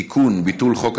(תיקון) (ביטול החוק),